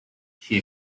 she